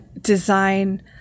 design